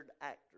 actors